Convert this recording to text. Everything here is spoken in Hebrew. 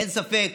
אין ספק